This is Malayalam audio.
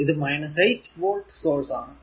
ഇത് 8 വോൾട് സോഴ്സ് ആണ്